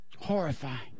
Horrifying